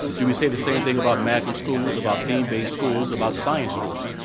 do we say the same thing about magnet schools? about theme-based schools? about science schools?